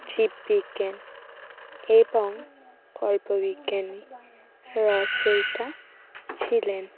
জীববিজ্ঞান এবং কল্পবিজ্ঞানী রচয়িতা ছিলেন